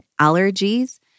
allergies